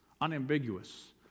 Unambiguous